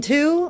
Two